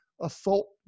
assault